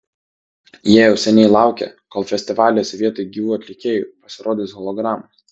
jie jau seniai laukia kol festivaliuose vietoj gyvų atlikėjų pasirodys hologramos